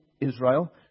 Israel